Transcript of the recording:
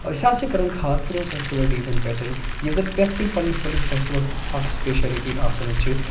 أسۍ حظ چھِ کَران خاص کر یِمَن فیٚسٹِوَل ڈیزَن پٮ۪ٹھ یہِ زَن پرٮ۪تھ کُنہِ پَنٛنِس پَنٛنِس فیٚسٹِوَلس اَکھ سُپیشَلٹی آسان چھِ